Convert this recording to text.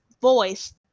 voice